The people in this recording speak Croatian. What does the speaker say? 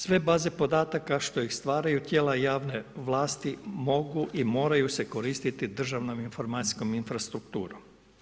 Sve baze podataka, što ih stvaraju tijela javne vlasti, mogu i moraju se koristiti u državnom informacijskom infrastrukturom.